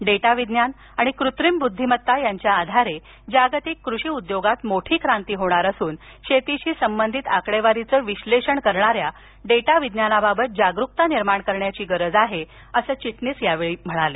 data विज्ञान आणि कृत्रिम बुध्दीमत्ता याच्या आधारे जागतिक कृषि उद्योगात मोठी क्रांती होणार असून शेतीशी संबंधीत आकडेवारीच विश्लेषण करणाऱ्या डेटा विज्ञानाबाबत जागरुकता निर्माण करण्याची गरज आहे असं चिटणीस यांनी यावेळी सांगतलं